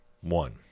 one